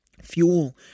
Fuel